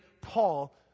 Paul